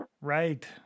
Right